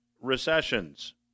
recessions